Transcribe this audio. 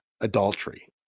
adultery